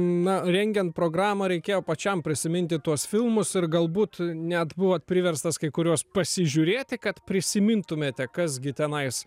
na rengiant programą reikėjo pačiam prisiminti tuos filmus ir galbūt net buvot priverstas kai kuriuos pasižiūrėti kad prisimintumėte kas gi tenais